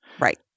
Right